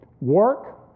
Work